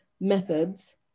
methods